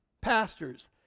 pastors